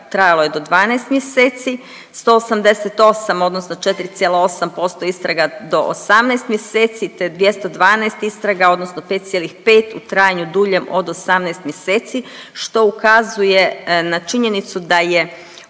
trajalo je do 12 mjeseci, 188 odnosno 4,8% istraga do 18 mjeseci, te 212 istraga, odnosno 5,5 u trajanju duljem od 18 mjeseci što ukazuje na činjenicu da je